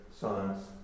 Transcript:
science